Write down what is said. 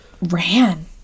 ran